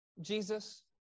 Jesus